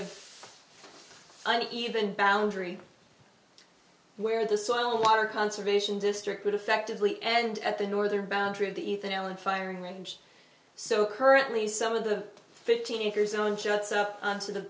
of an even boundary where the soil and water conservation district would effectively end at the northern boundary of the ethan allen firing range so currently some of the fifteen acres own just to the